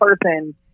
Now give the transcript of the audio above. person